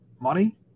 Money